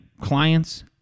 clients